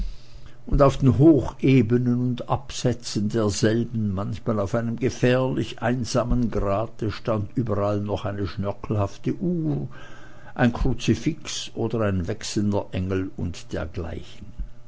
und auf den hochebenen und absätzen derselben manchmal auf einem gefährlichen einsamen grate stand überall noch eine schnörkelhafte uhr ein kruzifix oder ein wächserner engel und dergleichen